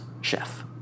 chef